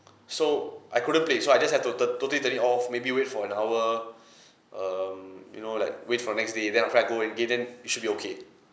so I couldn't play so I just have to the totally turn it off maybe wait for an hour um you know like wait for the next day then I'll try and go again then it should be okay